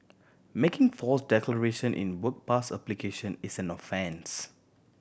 making false declaration in work pass application is an offence